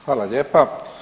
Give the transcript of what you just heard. Hvala lijepa.